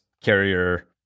carrier